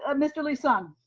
um mr. lee-sung.